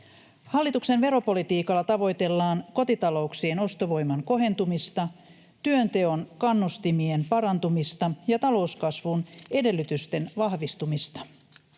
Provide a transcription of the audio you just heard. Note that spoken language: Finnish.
Hallituksen veropolitiikalla tavoitellaan kotitalouksien ostovoiman kohentumista, työnteon kannustimien parantumista ja talouskasvun edellytysten vahvistumista.